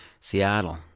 Seattle